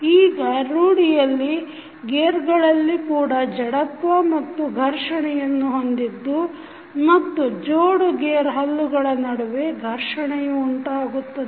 ಈಗ ರೂಡಿಯಲ್ಲಿ ಗೇರ್ಗಳಲ್ಲಿ ಕೂಡ ಜಡತ್ವ ಮತ್ತು ಘರ್ಷಣೆ ಯನ್ನು ಹೊಂದಿದ್ದು ಮತ್ತು ಜೋಡು ಗೇರ್ ಹಲ್ಲುಗಳು ನಡುವೆ ಘರ್ಷಣೆಯು ಉಂಟಾಗುತ್ತದೆ